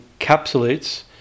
encapsulates